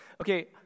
Okay